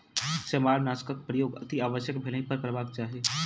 सेमारनाशकक प्रयोग अतिआवश्यक भेलहि पर करबाक चाही